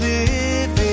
Living